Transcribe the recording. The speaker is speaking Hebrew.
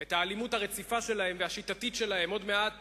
את האלימות הרציפה והשיטתית שלהם, עוד מעט